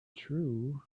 true